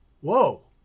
Whoa